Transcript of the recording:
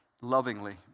lovingly